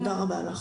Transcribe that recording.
תודה רבה.